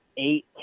eight